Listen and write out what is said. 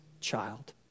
child